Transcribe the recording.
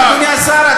אתם אומרים, אדוני השר.